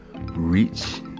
reach